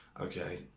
Okay